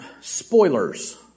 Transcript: Spoilers